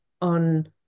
on